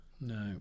No